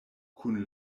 kun